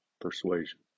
persuasion